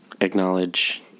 acknowledge